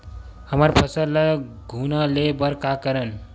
हमर फसल ल घुना ले बर का करन?